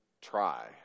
try